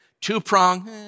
Two-prong